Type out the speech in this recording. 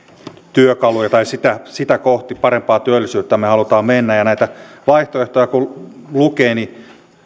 työkalu tai sitä sitä kohti parempaa työllisyyttä kohti me haluamme mennä näitä vaihtoehtoja kun lukee niin